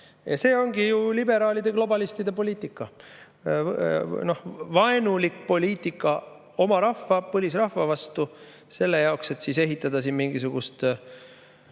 ära. See ongi ju liberaalide-globalistide poliitika, vaenulik poliitika oma rahva, põlisrahva vastu selle jaoks, et ehitada siin mingisugust